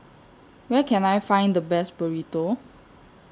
Where Can I Find The Best Burrito